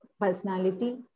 personality